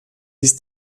ist